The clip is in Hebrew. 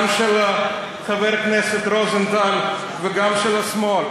גם של חבר הכנסת רוזנטל וגם של השמאל.